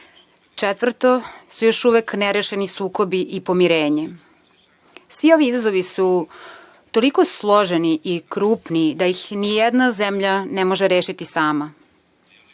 Četvrto su još uvek nerešeni sukobi i pomirenje. Svi ovi izazovi su toliko složeni i krupni da ih nijedna zemlja ne može rešiti sama.